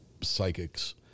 psychics